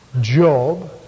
Job